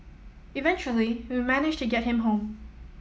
eventually we managed to get him home